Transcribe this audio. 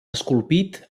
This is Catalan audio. esculpit